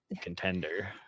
contender